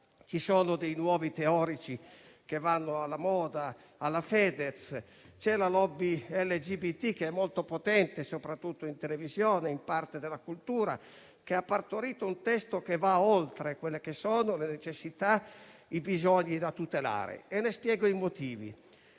Ci sono nuovi teorici alla moda, come Fedez, e la *lobby* LGBT, che è molto potente, soprattutto in televisione e in parte della cultura, e che ha partorito un testo che va oltre le necessità e i bisogni da tutelare. Ne spiego i motivi.